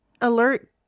alert